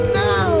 no